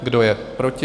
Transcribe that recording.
Kdo je proti?